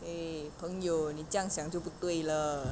eh 朋友你这样想就不对了